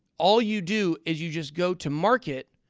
all you do is you just go to market,